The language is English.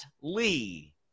Lee